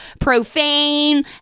profane